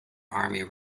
army